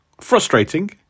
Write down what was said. Frustrating